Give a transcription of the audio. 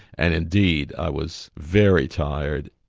and indeed i was very tired,